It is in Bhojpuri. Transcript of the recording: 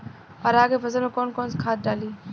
अरहा के फसल में कौन कौनसा खाद डाली?